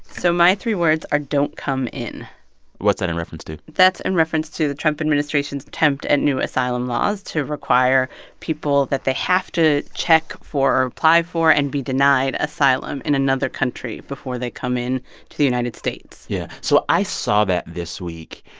so my three words are don't come in what's that in reference to? that's in reference to the trump administration's attempt at new asylum laws to require people that they have to check for or apply for and be denied asylum in another country before they come into the united states yeah. so i saw that this week,